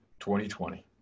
2020